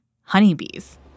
honeybees